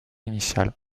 initiale